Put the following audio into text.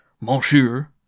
monsieur